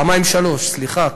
פעמיים-שלוש, סליחה.